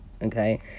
Okay